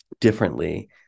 differently